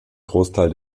großteil